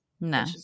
no